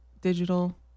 digital